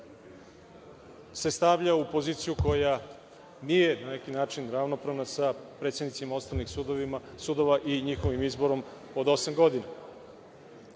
se stavlja u poziciju koja nije, na neki način, ravnopravna sa predsednicima osnovnih sudova i njihovim izborom od osam godina. Mislim